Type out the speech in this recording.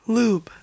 Loop